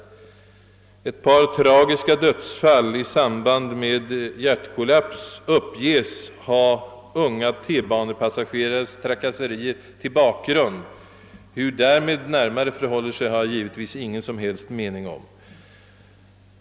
a. åberopas att ett par tragiska dödsfall i samband med hjärtkollaps skulle ha unga tunnelbanepassagerares trakasserier som = bakgrund. Hur därmed förhåller sig har jag givetvis ingen mening om.